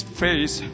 face